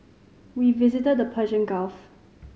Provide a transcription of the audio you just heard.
we visited the Persian Gulf